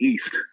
East